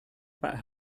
pak